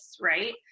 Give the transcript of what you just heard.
Right